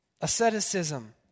asceticism